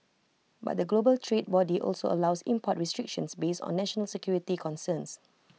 but the global trade body also allows import restrictions based on national security concerns